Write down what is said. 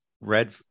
red